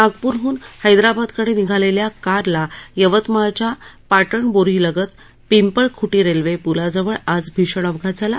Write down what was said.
नागप्रहन हैदराबादकडे निघालेल्या कारला यवतमाळच्या पाटणबोरीलगत पिंपळख्टी रेल्वेप्लाजवळ आज भीषण अपघात झाला